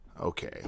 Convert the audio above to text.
Okay